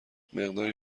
مقداری